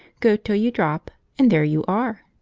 go till you drop, and there you are.